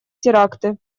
теракты